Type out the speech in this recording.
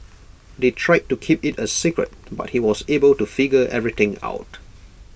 they tried to keep IT A secret but he was able to figure everything out